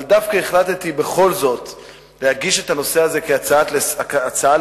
אבל החלטתי בכל זאת להעלות את הנושא הזה כהצעה לסדר-היום,